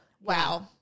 wow